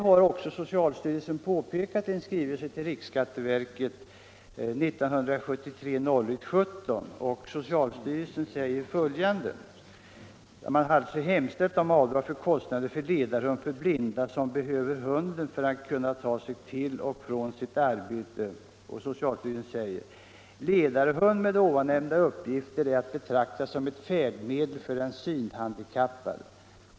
I en skrivelse till riksskatteverket 1973-01-17 har socialstyrelsen hemställt om avdrag för kostnader för ledarhund för blinda som behöver hund för att kunna ta sig till sitt arbete. Socialstyrelsen säger: ”Ledarhund med ovannämnda uppgifter är att betrakta som ett färdmedel för den synhandikappade.